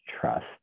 trust